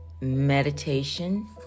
meditation